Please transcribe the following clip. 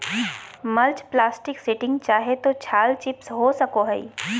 mulch plastic sheeting चाहे तो छाल चिप्स हो सको हइ